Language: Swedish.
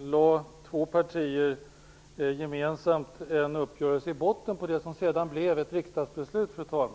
lade två partier gemensamt en uppgörelse i botten på det som sedan blev ett riksdagsbeslut.